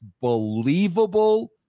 believable